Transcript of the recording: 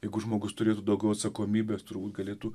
jeigu žmogus turėtų daugiau atsakomybės turbūt galėtų